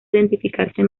identificarse